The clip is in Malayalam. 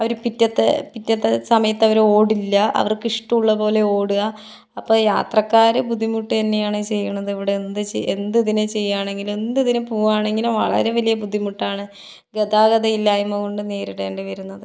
അവര് പിറ്റത്തെ പിറ്റത്തെ സമയത്ത് അവര് ഓടില്ല അവർക്ക് ഇഷ്ടമുള്ള പോലെ ഓടുക അപ്പം യാത്രക്കാര് ബുദ്ധിമുട്ടുക തന്നെയാണ് ചെയ്യണത് ഇവിടെ എന്ത് എന്ത് ഇതിന് ചെയ്യുകയാണെങ്കിലും എന്ത് ഇതിന് പോവുകയാണെങ്കിലും വളരേ വലിയ ബുദ്ധിമുട്ടാണ് ഗതാഗത ഇല്ലായ്മ കൊണ്ട് നേരിടേണ്ടി വരുന്നത്